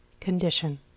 condition